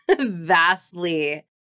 vastly